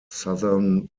southern